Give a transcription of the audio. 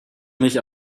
mich